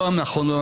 לא נכון.